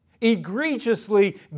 egregiously